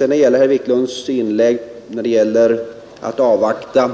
Vad beträffar herr Wiklunds inlägg när det gäller att avvakta